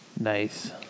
Nice